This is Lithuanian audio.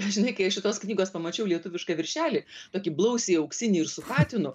žinai kai aš šitos knygos pamačiau lietuvišką viršelį tokį blausiai auksinį ir su katinu